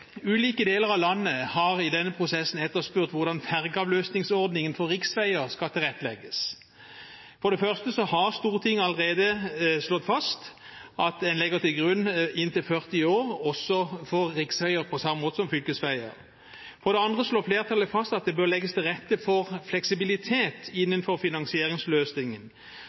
Ulike deler av landet har i denne prosessen etterspurt hvordan fergeavløsningsordningen for riksveier skal tilrettelegges. For det første har Stortinget allerede slått fast at en legger til grunn inntil 40 år også for riksveier, på samme måte som for fylkesveier. For det andre slår flertallet fast at det bør legges til rette for fleksibilitet innenfor finansieringsløsningen,